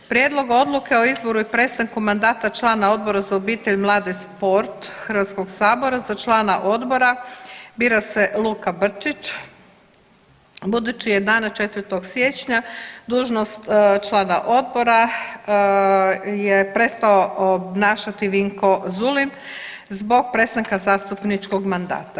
Prijedlog Odluke o izboru i prestanku mandata člana Odbora za obitelj, mlade, sport Hrvatskog sabora, za člana odbora bira se Luka Brčić budući je dana 4. siječnja dužnost člana odbora je prestao obnašati Vinko Zulim zbog prestanka zastupničkog mandata.